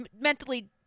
mentally